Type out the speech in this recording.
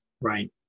right